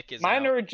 minor